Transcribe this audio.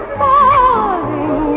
falling